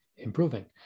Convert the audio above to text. improving